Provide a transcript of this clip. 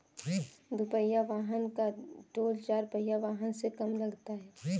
दुपहिया वाहन का टोल चार पहिया वाहन से कम लगता है